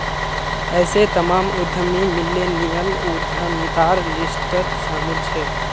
ऐसे तमाम उद्यमी मिल्लेनियल उद्यमितार लिस्टत शामिल छे